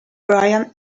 brian